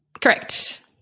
Correct